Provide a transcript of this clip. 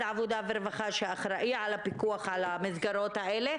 העבודה והרווחה שאחראי על הפיקוח על המסגרות האלה,